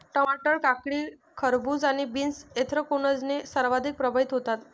टमाटर, काकडी, खरबूज आणि बीन्स ऍन्थ्रॅकनोजने सर्वाधिक प्रभावित होतात